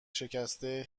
شکسته